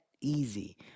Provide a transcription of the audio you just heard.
easy